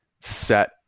set